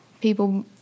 people